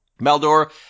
Maldor